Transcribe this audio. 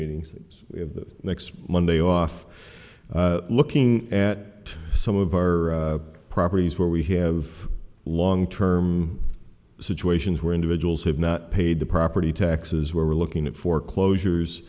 meetings next monday off looking at some of our properties where we have long term situations where individuals have not paid the property taxes where we're looking at foreclosures